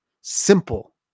simple